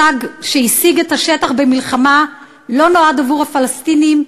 שהשיג את השטח במלחמה, ולא נועד עבור הפלסטינים,